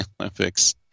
Olympics